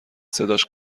صداش